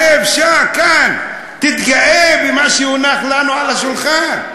שב כאן, תתגאה במה שהונח לנו על השולחן.